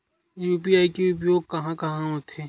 UPI के उपयोग कहां कहा होथे?